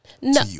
No